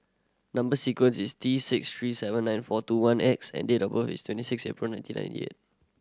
number sequence is T six three seven nine four two one X and date of birth is twenty six April nineteen ninety eight